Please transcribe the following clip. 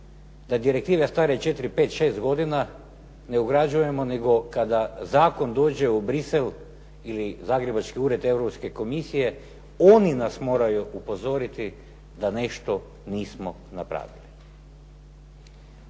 da direktive stare četiri, pet, šest godina ne ugrađujemo, nego kada zakon dođe u Bruxelles ili zagrebački Ured Europske komisije oni nas moraju upozoriti da nešto nismo napravili.